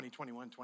2021